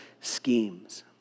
schemes